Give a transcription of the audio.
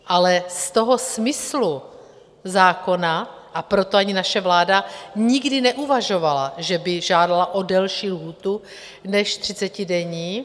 Ale z toho smyslu zákona, a proto ani naše vláda nikdy neuvažovala, že by žádala o delší lhůtu než třicetidenní.